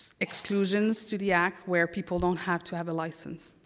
exclusions to the act where people don't have to have a license.